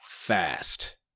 fast